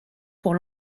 pour